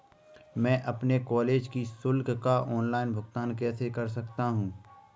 मैं अपने कॉलेज की शुल्क का ऑनलाइन भुगतान कैसे कर सकता हूँ?